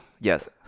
yes